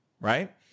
right